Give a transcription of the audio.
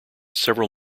several